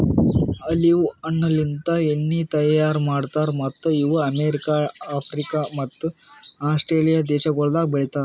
olive ಹಣ್ಣಲಿಂತ್ ಎಣ್ಣಿ ತೈಯಾರ್ ಮಾಡ್ತಾರ್ ಮತ್ತ್ ಇವು ಅಮೆರಿಕ, ಆಫ್ರಿಕ ಮತ್ತ ಆಸ್ಟ್ರೇಲಿಯಾ ದೇಶಗೊಳ್ದಾಗ್ ಬೆಳಿತಾರ್